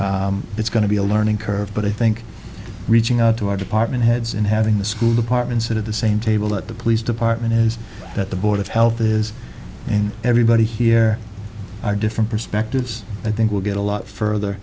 you it's going to be a learning curve but i think reaching out to our department heads and having the school departments at the same table that the police department is that the board of health is and everybody here are different perspectives i think will get a lot further